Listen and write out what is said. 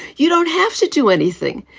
you don't have to do anything.